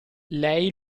lei